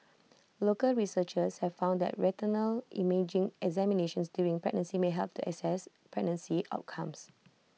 local researchers have found that retinal imaging examinations during pregnancy may help to assess pregnancy outcomes